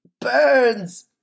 burns